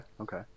Okay